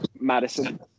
Madison